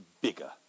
bigger